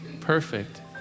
perfect